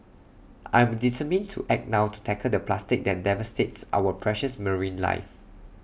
I am determined to act now to tackle the plastic that devastates our precious marine life